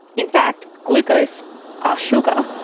in fact, glucose, a sugar,